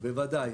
כן, ודאי.